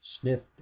sniffed